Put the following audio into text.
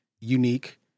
unique